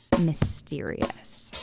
mysterious